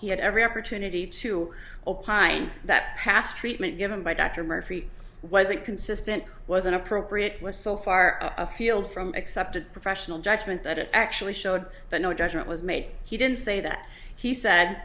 he had every opportunity to opine that past treatment given by dr murphy wasn't consistent was inappropriate was so far afield from accepted professional judgment that it actually showed that no judgment was made he didn't say that he said